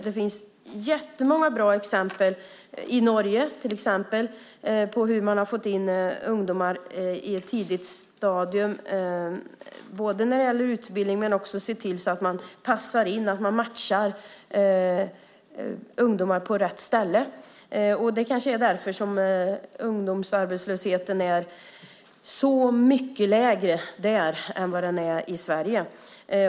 Det finns jättemånga bra exempel, bland annat i Norge, på hur man har fått in ungdomar i ett tidigt stadium, både när det gäller att ge dem utbildning och att matcha ungdomar på rätt ställe på arbetsmarknaden. Det är kanske därför som ungdomsarbetslösheten är så mycket lägre där än i Sverige.